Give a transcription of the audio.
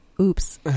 Oops